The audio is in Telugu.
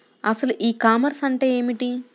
అసలు ఈ కామర్స్ అంటే ఏమిటి?